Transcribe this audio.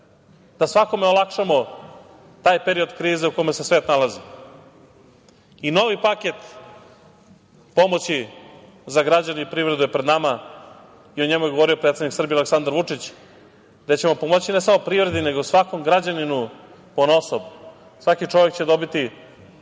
da svakome olakšamo taj period krize u kome se svet nalazi. Novi paket pomoći za građane i privredu je pred nama i o njemu je govorio predsednik Srbije Aleksandar Vučić, gde ćemo pomoći ne samo privredi, nego svakom građaninu ponaosob. Svaki čovek će dobiti